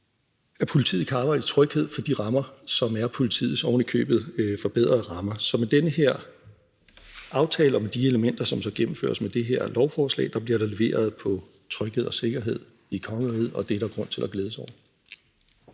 at politiet kan arbejde i tryghed inden for de rammer, som er politiets, ovenikøbet forbedrede rammer. Så med den her aftale og med de elementer, som så gennemføres med det her lovforslag, bliver der leveret på tryghed og sikkerhed i kongeriget, og det er der grund til at glæde sig over.